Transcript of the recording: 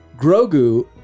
grogu